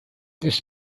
this